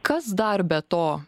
kas dar be to